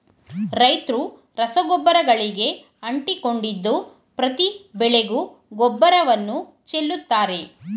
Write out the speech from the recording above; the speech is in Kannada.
ರೈತ್ರು ರಸಗೊಬ್ಬರಗಳಿಗೆ ಅಂಟಿಕೊಂಡಿದ್ದು ಪ್ರತಿ ಬೆಳೆಗೂ ಗೊಬ್ಬರವನ್ನು ಚೆಲ್ಲುತ್ತಾರೆ